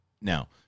now